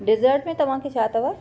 dessert में तवांखे छा अथव